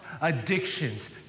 addictions